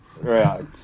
right